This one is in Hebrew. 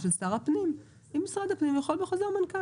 זו דרישה שמשרד הפנים בחוזר מנכ"ל יכול